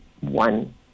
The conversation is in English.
one